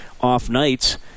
off-nights